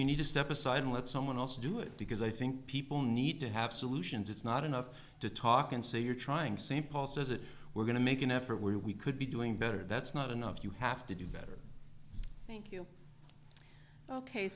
you need to step aside and let someone else do it because i think people need to have solutions it's not enough to talk and say you're trying samples as it were going to make an effort where we could be doing better that's not enough you have to do better thank you ok